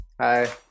Hi